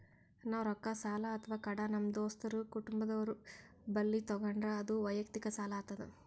ನಾವ್ ರೊಕ್ಕ ಸಾಲ ಅಥವಾ ಕಡ ನಮ್ ದೋಸ್ತರು ಕುಟುಂಬದವ್ರು ಬಲ್ಲಿ ತಗೊಂಡ್ರ ಅದು ವಯಕ್ತಿಕ್ ಸಾಲ ಆತದ್